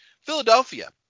Philadelphia